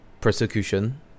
persecution